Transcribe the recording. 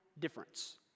difference